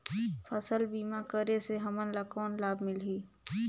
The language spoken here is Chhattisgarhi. फसल बीमा करे से हमन ला कौन लाभ मिलही?